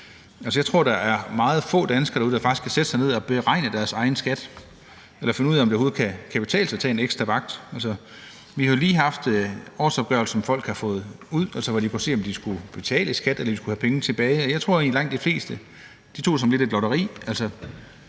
Jeg tror, der er meget få danskere derude, der faktisk kan sætte sig ned og beregne deres egen skat eller finde ud af, om det overhovedet kan betale sig at tage en ekstra vagt. Vi har jo lige fået årsopgørelsen, så folk kunne se, om de skulle betale skat, eller om de skulle have penge tilbage, og jeg tror egentlig, at langt de fleste tog det lidt som et lotteri.